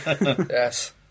yes